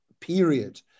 period